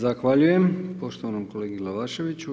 Zahvaljujem poštovanom kolegi Glavaševiću.